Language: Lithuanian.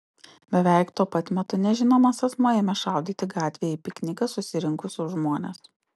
beveik tuo pat metu nežinomas asmuo ėmė šaudyti gatvėje į pikniką susirinkusius žmones